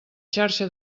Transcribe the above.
xarxa